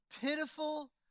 pitiful